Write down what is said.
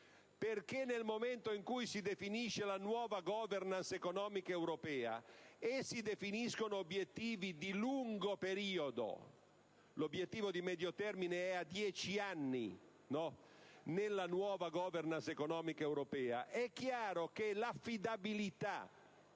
Perchè, nel momento in cui si definisce la nuova *governance* economica europea e si definiscono obiettivi di lungo periodo (l'obiettivo di medio termine è a 10 anni nella nuova *governance* economica europea). È chiaro allora che l'affidabilità